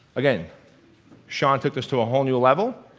again shot at this to a whole new level